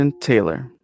Taylor